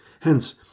Hence